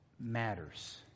matters